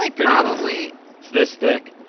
like but obviously, it's this thick.